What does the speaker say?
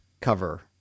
cover